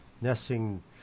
nesting